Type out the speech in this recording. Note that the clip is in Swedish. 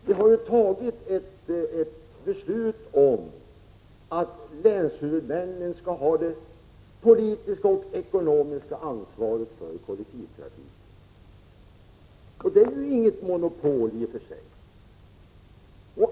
Vi har ju fattat ett beslut om att länshuvudmännen skall ha det politiska och ekonomiska ansvaret för kollektivtrafiken. Det är väl i och för sig inget monopol.